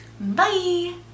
Bye